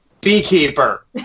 beekeeper